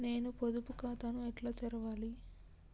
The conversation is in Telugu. నేను పొదుపు ఖాతాను ఎట్లా తెరవాలి?